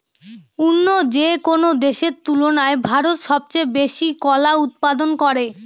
অন্য যেকোনো দেশের তুলনায় ভারত সবচেয়ে বেশি কলা উৎপাদন করে